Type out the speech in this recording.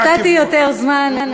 נתתי יותר זמן.